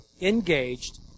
engaged